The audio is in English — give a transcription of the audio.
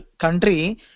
country